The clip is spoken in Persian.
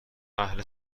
اهل